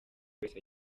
wese